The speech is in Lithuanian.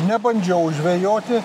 nebandžiau žvejoti